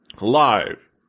live